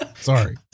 Sorry